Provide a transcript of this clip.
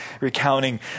recounting